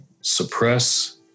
suppress